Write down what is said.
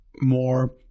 more